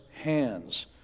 hands